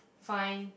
fine